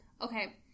Okay